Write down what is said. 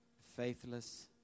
faithless